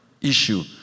issue